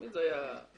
תמיד זו הייתה הכבדה,